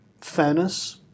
fairness